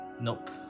Nope